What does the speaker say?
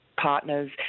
partners